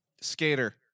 Skater